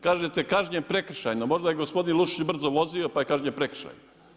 Kažete kažnjen prekršajno, možda je gospodin Lučić brzo vozio pa je kažnjen prekršajno.